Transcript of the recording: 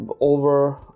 over